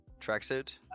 tracksuit